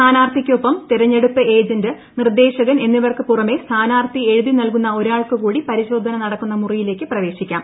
സ്ഥാനാർത്ഥിക്കൊപ്പം തിരഞ്ഞെടുപ്പ് ഏജന്റ് നിർദ്ദേശകൻ എന്നിവർക്കു പുറമെ സ്ഥാനാർത്ഥി എഴുതി നൽകുന്ന ഒരാൾക്കുകൂടി പരിശോധന നടക്കുന്ന മുറിയിലേക്ക് പ്രവേശിക്കാം